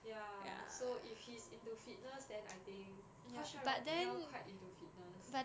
ya so if he's into fitness then I think cause shao rong now quite into fitness